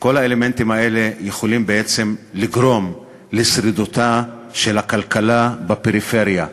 כל האלמנטים האלה יכולים בעצם לגרום לשרידותה של הכלכלה בפריפריה.